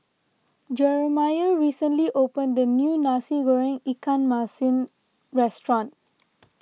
Jeramiah recently opened a new Nasi Goreng Ikan Masin restaurant